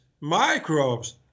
microbes